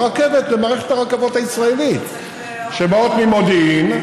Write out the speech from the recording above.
למערכת הרכבות הישראלית שבאה ממודיעין,